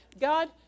God